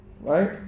Right